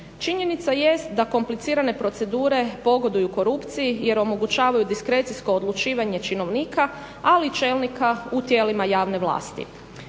Činjenica jest da komplicirane procedure pogoduju korupciji jer omogućavaju diskrecijsko odlučivanje činovnika, ali i čelnika u tijelima javne vlasti.